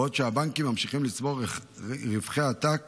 בעוד הבנקים ממשיכים לצבור רווחי העתק